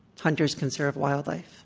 hunters conserve wildlife.